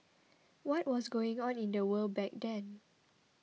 what was going on in the world back then